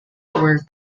were